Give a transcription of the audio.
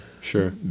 Sure